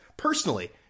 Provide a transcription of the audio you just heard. Personally